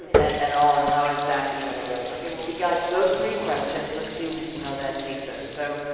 and at at all and how is that being dealt with? okay, well we got those three questions. let's see how that takes us. so,